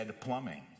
plumbing